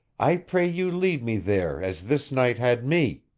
i pray you lead me there as this knight had me.